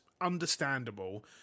understandable